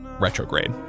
Retrograde